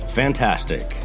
fantastic